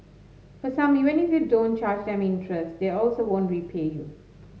for some even if you don't charge them interest they also won't repay you